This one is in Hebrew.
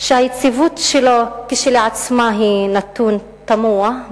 שהיציבות שלו כשלעצמה היא נתון תמוה,